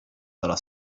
dalla